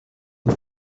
the